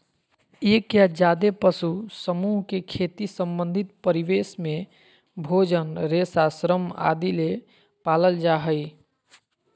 एक या ज्यादे पशु समूह से खेती संबंधित परिवेश में भोजन, रेशा, श्रम आदि ले पालल जा हई